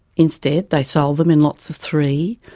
instead they sold them in lots of three,